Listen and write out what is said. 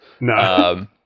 No